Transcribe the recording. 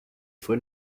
fue